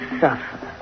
suffer